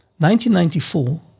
1994